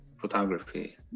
photography